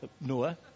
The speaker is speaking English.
Noah